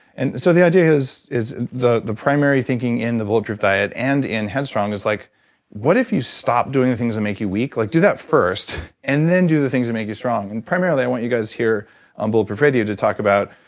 and so the idea is is the the primary thinking in the bulletproof diet and in head strong is like what if you stopped doing the things that and make you weak. like do that first and then do the things that make you strong. and primarily i want you guys here on bulletproof radio to talk about